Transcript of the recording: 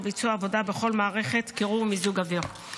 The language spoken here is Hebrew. לביצוע עבודה בכל מערכת קירור ומיזוג אוויר.